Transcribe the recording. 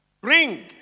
Bring